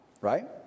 right